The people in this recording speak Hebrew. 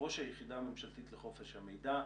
ראש היחידה הממשלתית לחופש המידע,